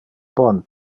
bon